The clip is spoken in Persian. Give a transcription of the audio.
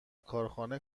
کارخانه